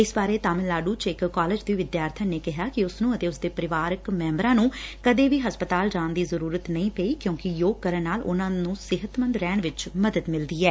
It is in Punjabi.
ਇਸ ਬਾਰੇ ਚ ਤਾਮਿਲਨਾਡੂ ਚ ਇਕ ਕਾਲਜ ਦੀ ਵਿਦਿਆਰਬਣ ਨੇ ਕਿਹਾ ਕਿ ਉਸ ਨੂੰ ਅਤੇ ਉਸਦੇ ਪਰਿਵਾਰਕ ਮੈਬਰਾਂ ਨੂੰ ਕਦੇ ਵੀ ਹਸਪਤਾਲ ਜਾਣ ਦੀ ਜ਼ਰੂਰਤ ਨਹੀ ਪਈ ਕਿਉਕਿ ਯੋਗ ਕਰਨ ਨਾਲ ਉਨ੍ਹਾ ਨੂੰ ਸਿਹਤਮੰਦ ਰਹਿਣ ਚ ਮਦਦ ਮਿਲਦੀ ਐ